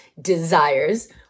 desires